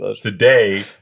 Today